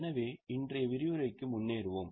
எனவே இன்றைய விரிவுரைக்கு முன்னேறுவோம்